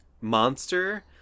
Monster